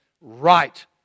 right